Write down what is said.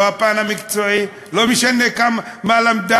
לא הפן המקצועי, לא משנה מה למדה.